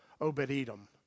Obed-Edom